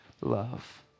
love